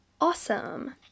awesome